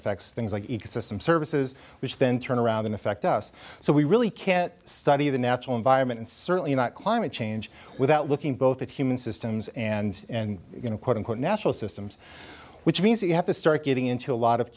affects things like ecosystem services which then turn around and affect us so we really can't study the natural environment and certainly not climate change without looking both at human systems and and going to quote unquote natural systems which means you have to start getting into a lot of